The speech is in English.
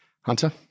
Hunter